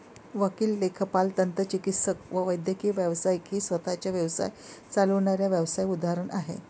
वकील, लेखापाल, दंतचिकित्सक व वैद्यकीय व्यावसायिक ही स्वतः चा व्यवसाय चालविणाऱ्या व्यावसाय उदाहरण आहे